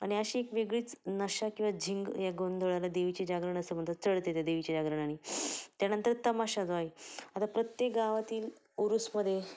आणि अशी एक वेगळीच नशा किंवा झिंग या गोंधळाला देवीचे जागरण असं म्हणतात चढते त्या देवीच्या जागरणाने त्यानंतर तमाशा जो आहे आता प्रत्येक गावातील ऊरुसमध्ये